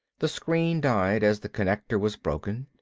the screen died as the connection was broken.